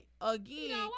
again